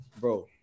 bro